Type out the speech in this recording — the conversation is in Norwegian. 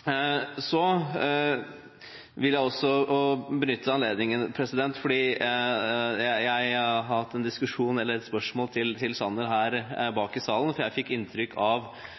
Jeg hadde et spørsmål til Sanner her bak i salen, for jeg fikk inntrykk av etter hans innlegg og Mudassar Kapurs innlegg at forsikring var en del av